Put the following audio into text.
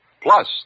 plus